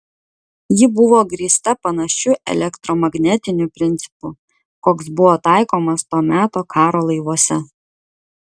ji buvo grįsta panašiu elektromagnetiniu principu koks buvo taikomas to meto karo laivuose